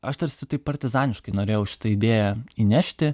aš tarsi taip partizaniškai norėjau šitą idėją įnešti